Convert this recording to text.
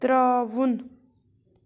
ترٛاوُن